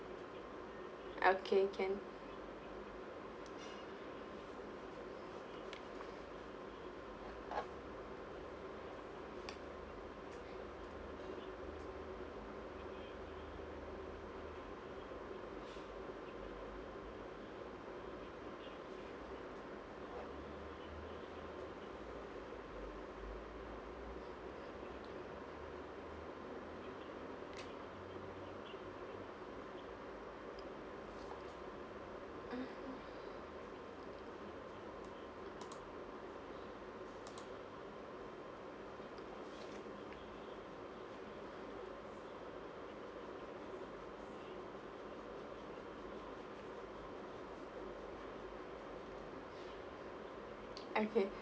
okay can mmhmm okay